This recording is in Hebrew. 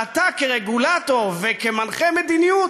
כשאתה כרגולטור וכמנחה מדיניות,